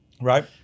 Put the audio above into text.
right